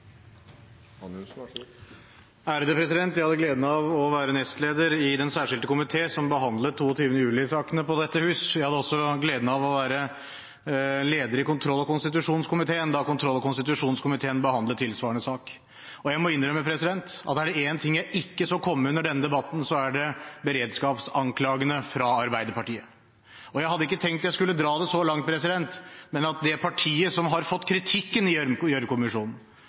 Jeg hadde gleden av å være nestleder i Den særskilte komité som behandlet 22. juli-sakene i dette hus, og jeg hadde også gleden av å være leder i kontroll- og konstitusjonskomiteen da kontroll- og konstitusjonskomiteen behandlet tilsvarende sak. Jeg må innrømme at er det én ting jeg ikke så komme under denne debatten, så er det beredskapsanklagene fra Arbeiderpartiet. Jeg hadde ikke tenkt jeg skulle dra det så langt, men at det partiet som har fått kritikken i